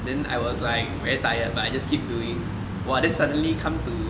then I was like very tired but I just keep doing !wah! then suddenly come to